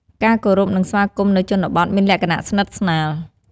ការគោរព និងស្វាគមន៌នៅជនបទមានលក្ខណៈស្និទ្ធស្នាល។